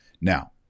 Now